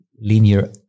linear